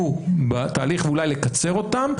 ואולי לקצר אותם,